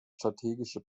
strategische